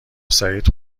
سعید